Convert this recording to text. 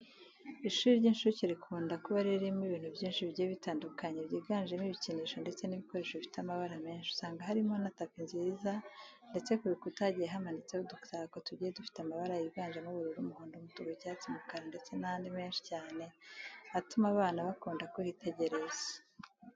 Ishuri ry'inshuke rikunda kuba ririmo ibintu byinshi bigiye bitandukanye byiganjemo ibikinisho, ndetse n'ibikoresho bifite amabara menshi. Usanga harimo tapi nziza ndetse ku bikuta hagiye hamanitseho udutako tugiye dufite amabara yiganjemo ubururu, umuhondo, umutuku, icyatsi, umukara ndetse n'andi menshi cyane atuma abana bakunda kuhitegereza.